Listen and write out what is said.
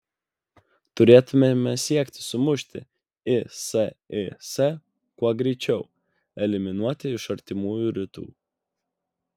turėtumėme siekti sumušti isis kuo greičiau eliminuoti iš artimųjų rytų